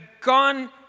gone